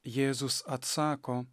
jėzus atsako